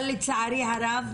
אבל לצערי הרב,